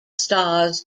stars